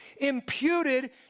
imputed